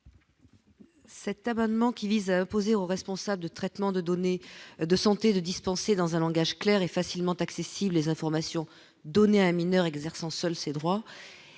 Cet abonnement qui lisent poser aux responsables de traitement de données de santé de dispenser dans un langage clair et facilement accessibles les informations données un mineur exerçant seul ses droits